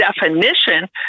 definition